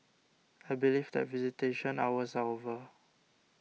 I believe that visitation hours are over